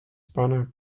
paneb